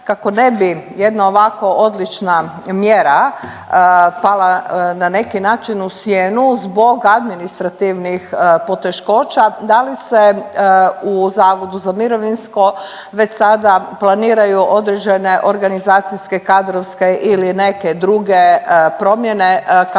kako ne bi jedna ovako odlična mjera pala na neki način u sjenu zbog administrativnih poteškoća, da li se u Zavodu za mirovinsko već sada planiraju određene organizacijske, kadrovske ili neke druge promjene kako